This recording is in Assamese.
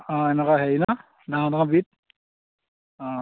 অঁ এনেকুৱা হেৰি নহ্ ডাঙৰ ডাঙৰ বিত অঁ